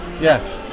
Yes